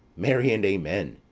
marry, and amen.